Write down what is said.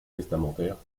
testamentaires